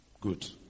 Good